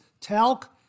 talc